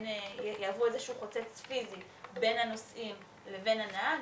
שיהוו איזה שהוא חוצץ פיזי בין הנוסעים לבין הנהג.